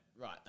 right